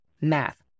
math